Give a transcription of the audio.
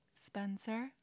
Spencer